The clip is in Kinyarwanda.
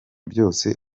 byose